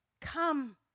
come